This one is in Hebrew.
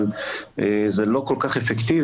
אבל זה לא כל כך אפקטיבי,